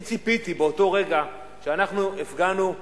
אני ציפיתי באותו רגע, שאנחנו הפגנו בו